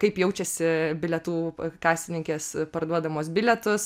kaip jaučiasi bilietų kasininkės parduodamos bilietus